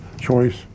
choice